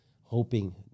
hoping